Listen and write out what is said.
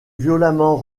violemment